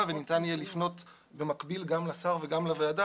וניתן יהיה לפנות במקביל גם לשר וגם לוועדה,